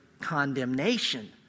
condemnation